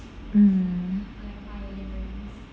mm